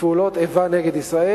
בפעולות איבה נגד ישראל,